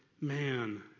man